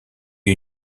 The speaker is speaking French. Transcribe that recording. eut